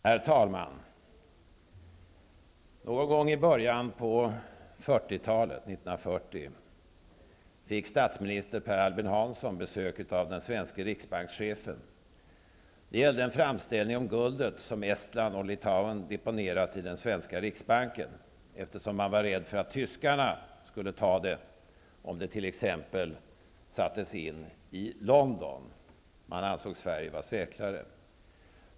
Herr talman! Någon gång i början av 1940-talet fick statsminister Per Albin Hansson besök av den svenske riksbankschefen. Det gällde en framställning om guldet som Estland och Litauen deponerat i den svenska riksbanken, eftersom man var rädd för att tyskarna skulle ta det om det t.ex. sattes in i en bank i London. Man ansåg Sverige vara säkrare.